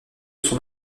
son